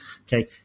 Okay